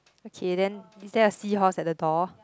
okay then is there a seahorse at the door